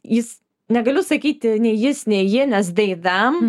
jis negaliu sakyti nei jis nei ji nes dei vem